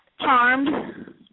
Charmed